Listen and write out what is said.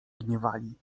gniewali